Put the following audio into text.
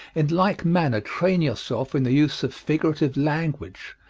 in like manner train yourself in the use of figurative language.